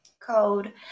code